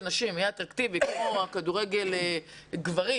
הנשים יהיה אטרקטיבי כמו כדורגל הגברים,